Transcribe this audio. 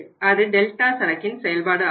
அது டெல்டா சரக்கின் செயல்பாடுஆகும்